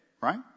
right